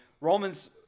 Romans